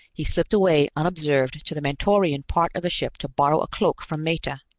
he slipped away unobserved to the mentorian part of the ship to borrow a cloak from meta.